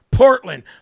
Portland